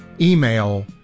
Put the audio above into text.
email